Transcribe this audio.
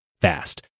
fast